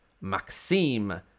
Maxime